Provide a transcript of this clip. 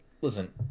Listen